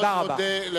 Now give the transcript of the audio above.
תודה רבה.